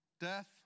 death